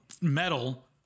metal